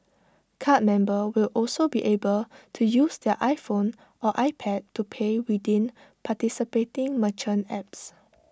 card members will also be able to use their iPhone or iPad to pay within participating merchant apps